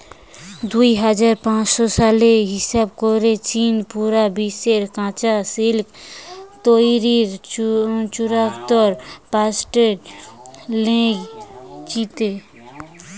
দুই হাজার পাঁচ সালের হিসাব রে চীন পুরা বিশ্বের কাচা সিল্ক তইরির চুয়াত্তর পারসেন্ট লেই লিচে